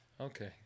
Okay